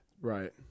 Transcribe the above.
Right